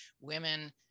women